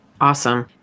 Awesome